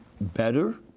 better